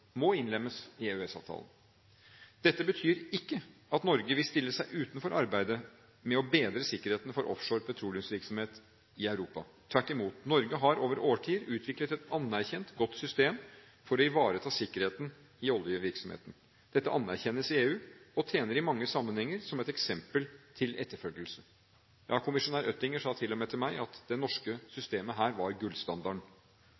må innlemmes i EØS-avtalen. Dette betyr ikke at Norge vil stille seg utenfor arbeidet med å bedre sikkerheten for offshore petroleumsvirksomhet i Europa. Tvert imot – Norge har over årtier utviklet et anerkjent godt system for å ivareta sikkerheten i oljevirksomheten. Dette anerkjennes i EU og tjener i mange sammenhenger som et eksempel til etterfølgelse. Ja, kommisjonær Oettinger sa til og med til meg at det norske